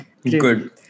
Good